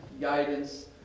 guidance